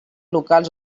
locals